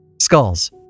Skulls